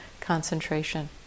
concentration